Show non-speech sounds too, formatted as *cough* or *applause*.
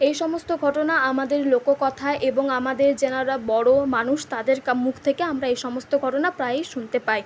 এই সমস্ত ঘটনা আমাদের লোককথা এবং আমাদের যারা বড় মানুষ তাদের *unintelligible* মুখ থেকে আমরা এই সমস্ত ঘটনা প্রায়ই শুনতে পাই